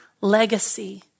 legacy